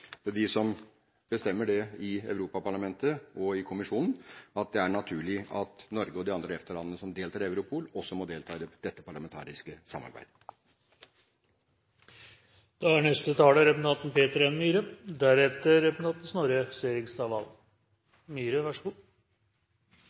som bestemmer det i Europaparlamentet og i kommisjonen, at det er naturlig at Norge og de andre EFTA-landene som deltar i Europol, også må delta i dette parlamentariske